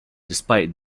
despite